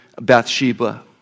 Bathsheba